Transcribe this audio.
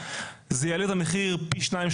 זה דבר שיעלה את המחיר פי שניים,